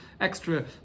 extra